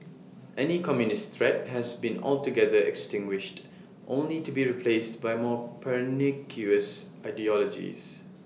any communist threat has been altogether extinguished only to be replaced by more pernicious ideologies